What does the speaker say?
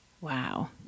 Wow